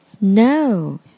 No